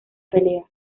pelea